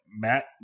Matt